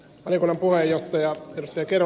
valiokunnan puheenjohtaja ed